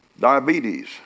diabetes